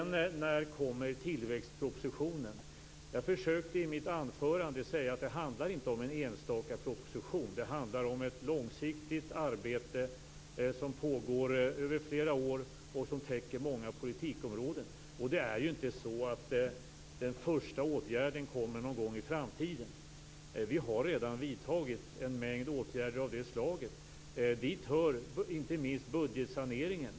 När kommer tillväxtpropositionen? frågade Mats Odell. Jag försökte i mitt anförande säga att det inte handlar om en enstaka proposition. Det handlar om ett långsiktigt arbete som pågår över flera år och som täcker många politikområden. Det är inte så att den första åtgärden kommer någon gång i framtiden. Vi har redan vidtagit en mängd åtgärder av det slaget. Dit hör inte minst budgetsaneringen.